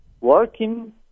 working